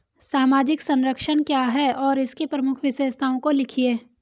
सामाजिक संरक्षण क्या है और इसकी प्रमुख विशेषताओं को लिखिए?